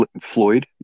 Floyd